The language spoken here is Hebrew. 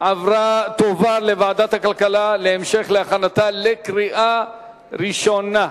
תועבר לוועדת הכלכלה להמשך הכנתה לקריאה ראשונה.